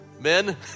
men